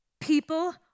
people